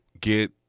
get